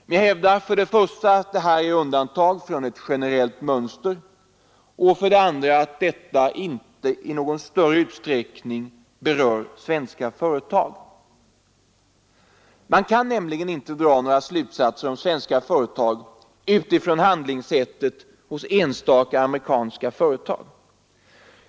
Men jag hävdar för det första att dessa händelser är undantag från ett generellt mönster och för det andra att detta inte i någon större utsträckning berör svenska företag. Man kan nämligen inte dra slutsatser om svenska företag utifrån handlingssättet hos enstaka amerikanska företag.